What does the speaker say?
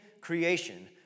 creation